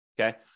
okay